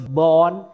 born